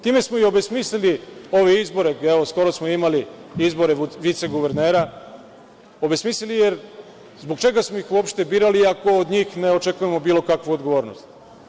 Time se obesmislili ove izbore, skoro smo imali izbor viceguvernera, jer zbog čega smo ih uopšte birali ako od njih ne očekujemo bilo kakvu odgovornost?